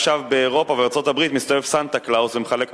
עכשיו באירופה ובארצות-הברית מסתובב סנטה-קלאוס ומחלק מתנות,